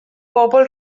bobl